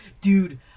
dude